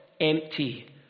empty